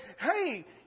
hey